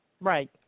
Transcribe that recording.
Right